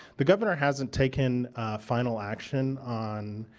the governor hasn't taken final action on